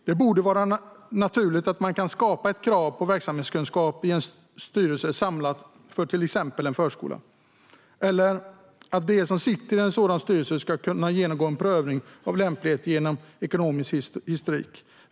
Det borde vara naturligt att man samlat kan ställa krav på verksamhetskunskap i en styrelse för till exempel en förskola eller att de som sitter i en sådan styrelse ska kunna genomgå en prövning av lämplighet genom ekonomisk historik.